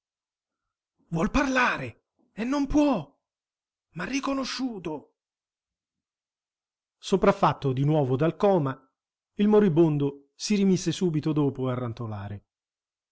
vuol parlare e non può m'ha riconosciuto sopraffatto di nuovo dal coma il moribondo si rimise subito dopo